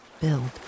Build